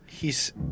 hes